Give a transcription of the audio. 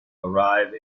arrive